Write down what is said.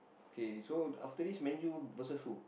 K so after this Man-U versus who